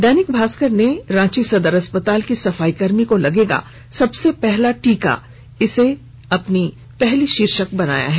दैनिक भास्कर ने रांची सदर अस्पताल की सफाईकर्मी को लगेगा सबसे पहला टीका शीर्षक को अपनी पहली सुर्खी बनाई है